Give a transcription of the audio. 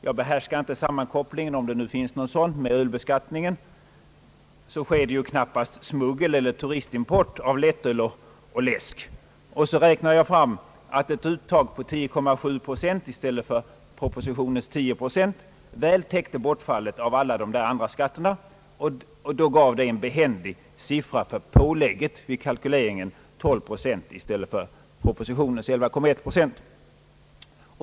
Jag behärskar inte sammankopplingen — om det nu finns någon sådan — med ölbeskattningen. Vidare förekommer det ju knappast smuggel eller turistimport av lättöl och läskedrycker. Slutligen räknade jag fram att ett uttag på 10,7 procent i stället för propositionens 10 procent väl täckte bortfallet av alla de där andra skatterna. Detta gav en behändig siffra för pålägget vid kalkyleringen, 12 procent i stället för propositionens 11,1 procent.